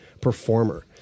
performer